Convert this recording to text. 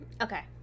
Okay